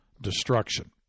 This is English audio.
destruction